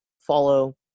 follow